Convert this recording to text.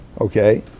Okay